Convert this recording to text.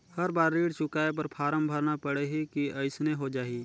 हर बार ऋण चुकाय बर फारम भरना पड़ही की अइसने हो जहीं?